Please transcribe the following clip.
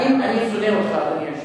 האם אני שונא אותך, אדוני היושב-ראש?